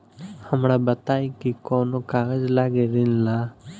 हमरा बताई कि कौन कागज लागी ऋण ला?